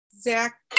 zach